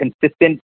consistent